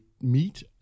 meet